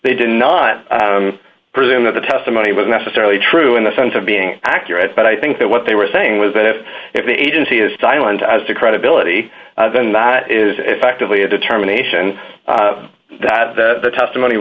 they did not presume that the testimony was necessarily true in the sense of being accurate but i think that what they were saying was that if if the agency is silent as to credibility then that is effectively a determination that the testimony